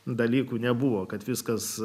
dalykų nebuvo kad viskas